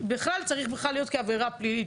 צריך להיות בכלל כעבירה פלילית,